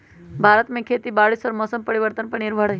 भारत में खेती बारिश और मौसम परिवर्तन पर निर्भर हई